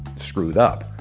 screwed up.